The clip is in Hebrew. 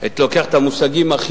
מציבה בפני השלטון המרכזי והממשלה שאלה